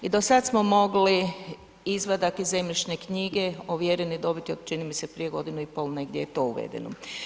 I do sada smo mogli izvadak iz zemljišne knjige ovjereni dobiti od čini mi se prije godinu i pol negdje je to uvedeno.